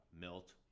milt